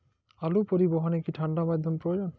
আলু পরিবহনে কি ঠাণ্ডা মাধ্যম প্রয়োজন?